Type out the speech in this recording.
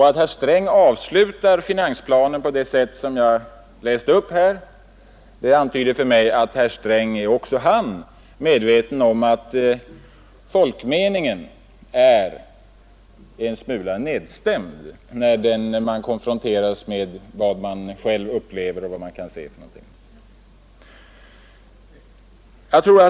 Att herr Sträng avslutar finansplanen som han gör, visar att också herr Sträng är medveten om denna nedstämdhet hos allmänheten, som är ett resultat av vad folk själva upplever och kan se.